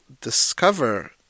discover